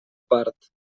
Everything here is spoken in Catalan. part